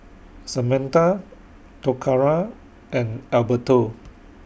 Samantha Toccara and Alberto